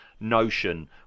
notion